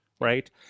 right